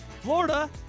Florida